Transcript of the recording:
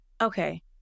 Okay